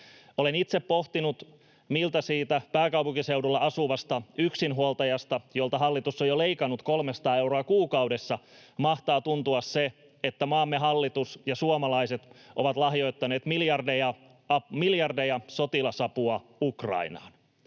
Olen itse pohtinut, miltä siitä pääkaupunkiseudulla asuvasta yksinhuoltajasta, jolta hallitus on jo leikannut 300 euroa kuukaudessa, mahtaa tuntua se, että maamme hallitus ja suomalaiset ovat lahjoittaneet sotilasapua miljardeja Ukrainaan.